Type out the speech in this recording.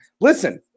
Listen